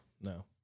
no